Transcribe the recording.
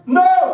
no